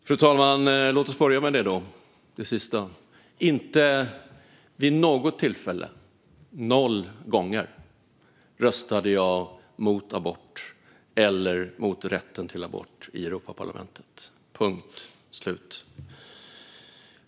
Fru talman! Låt oss börja med det sista. Inte vid något tillfälle - noll gånger - röstade jag i Europaparlamentet mot abort eller mot rätten till abort. Punkt slut.